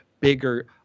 Bigger